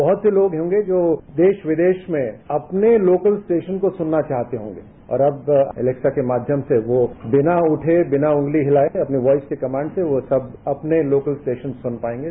बहत से लोग होंगे जो देश विदेश में अपने लोकत स्टेशन को सुनना चाहते होंगे और अब एलेक्सा के माध्यम से वो बिना उटे बिना उंगली हिलाए अपने वॉयस के कमाण्ड से अपने लोकल स्टेशन सुन पाएंगे